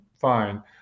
fine